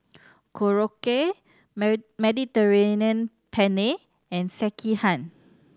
Korokke Mediterranean Penne and Sekihan